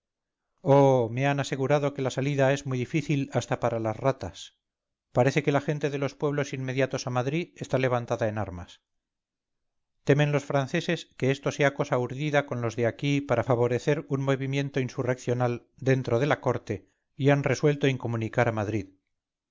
oh me han asegurado que la salida es muy difícil hasta para las ratas parece que la gente de los pueblos inmediatos a madrid está levantada en armas temen los franceses que esto sea cosa urdida con los de aquí para favorecer un movimiento insurreccional dentro de la corte y han resuelto incomunicar a madrid